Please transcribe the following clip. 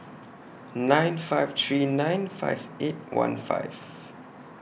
nine five three nine five eight one five